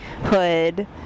hood